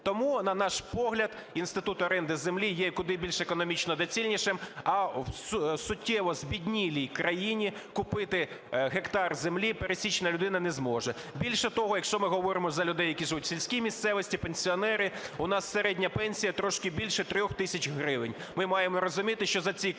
Тому, на наш погляд, інститут оренди землі є куди більш економічно доцільнішим, а в суттєво збіднілій країні купити нектар землі пересічна людина не зможе. Більше того, якщо ми говоримо за людей, які живуть в сільській місцевості, пенсіонери. У нас середня пенсія трошки більша 3 тисяч гривень,